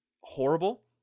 horrible